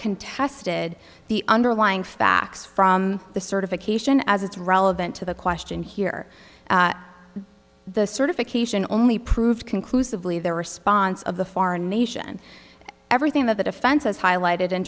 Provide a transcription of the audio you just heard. contested the underlying facts from the certification as it's relevant to the question here the certification only proves conclusively the response of the foreign nation everything that the defense has highlighted in